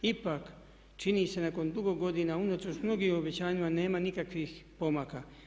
Ipak, čini se nakon dugo godina unatoč mnogim obećanjima nema nikakvih pomaka.